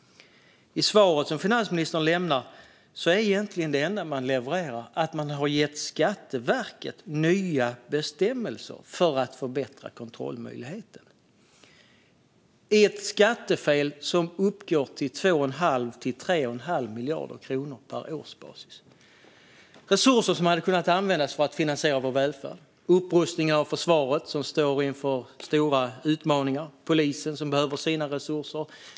I finansministerns svar är det enda som levereras att man har utfärdat nya bestämmelser för Skatteverket för att förbättra kontrollmöjligheten, och detta är för ett skattefel som uppgår till 2 1⁄2 till 3 1⁄2 miljard kronor på årsbasis. Det är resurser som hade kunnat användas för att finansiera vår välfärd, upprustning av försvaret, som står inför stora utmaningar, och polisen, som behöver sina resurser.